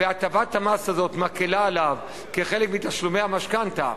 והטבת המס הזאת מקלה עליו כחלק מתשלומי המשכנתה,